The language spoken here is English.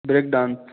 break dance